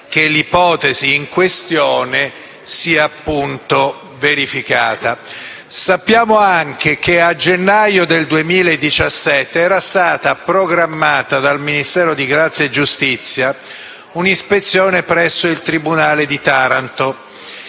che l'ipotesi in questione sia verificata. Sappiamo anche che a gennaio 2017 era stata programmata dal Ministero di grazia e giustizia un'ispezione presso il tribunale di Taranto.